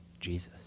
Jesus